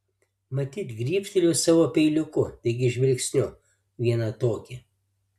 matyt gribštelėjau savo peiliuku taigi žvilgsniu vieną tokį